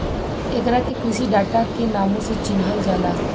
एकरा के कृषि डाटा के नामो से चिनहल जाला